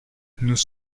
nous